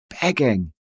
begging